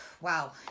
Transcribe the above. Wow